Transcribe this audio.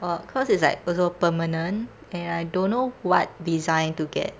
oh cause it's like it's also permanent and I don't know what design to get